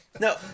No